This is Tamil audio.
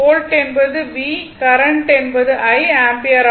வோல்ட் என்பது V கரண்ட் என்பது I ஆம்பியர்